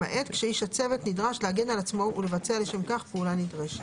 למעט כשאיש הצוות נדרש להגן על עצמו ולבצע לשם כך פעולה נדרשת.